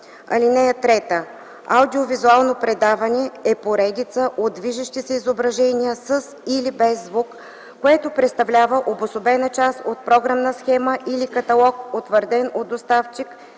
т. 1. (3) Аудио-визуално предаване е поредица от движещи се изображения със или без звук, което представлява обособена част от програмна схема или каталог, утвърден от доставчик